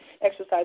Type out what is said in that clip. exercise